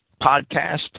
podcast